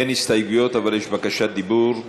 אין הסתייגויות, אבל יש בקשת דיבור.